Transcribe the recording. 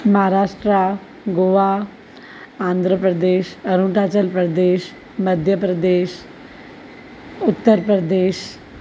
Maharashtra Goa Andhra Pradesh Arunachal Pradesh Madhya Pradesh Uttar Pradesh